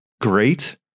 great